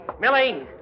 Millie